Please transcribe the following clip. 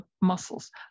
muscles